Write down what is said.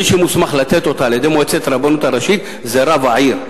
מי שמוסמך לתת אותה על-ידי מועצת הרבנות הראשית זה רב העיר,